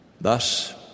Thus